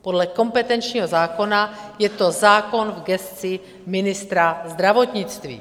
Podle kompetenčního zákona je to zákon v gesci ministra zdravotnictví.